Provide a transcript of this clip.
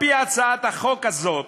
על-פי הצעת החוק הזאת